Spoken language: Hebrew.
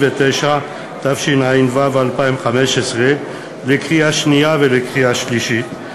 29), התשע"ו 2015, לקריאה השנייה ולקריאה השלישית.